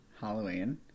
Halloween